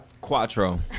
Quattro